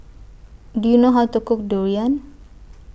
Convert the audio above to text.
Do YOU know How to Cook Durian